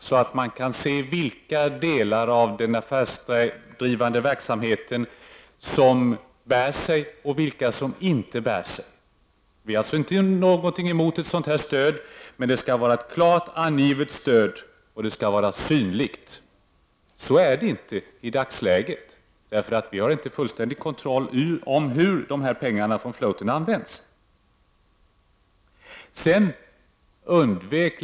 Man måste kunna se vilka delar av den affärsdrivande verksamheten som bär sig och vilka som inte gör det. Vi är alltså inte emot ett stöd i detta sammanhang. Men det skall, som sagt, vara ett klart angivet och synligt stöd. Så är det inte i dagsläget. Vi har ju inte en fullständig kontroll över hur pengarna från den s.k. floaten används.